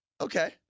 Okay